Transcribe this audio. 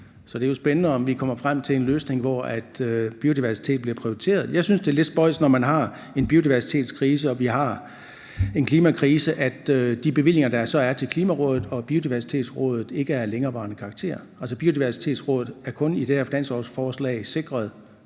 så det er spændende, om vi kommer frem til en løsning, hvor biodiversitet bliver prioriteret. Jeg synes, det er lidt spøjst, når vi har en biodiversitetskrise og vi har en klimakrise, at de bevillinger, der så er til Klimarådet og Biodiversitetsrådet, ikke er af længerevarende karakter. Biodiversitetsrådet er i det her finanslovsforslag